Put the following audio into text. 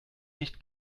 nicht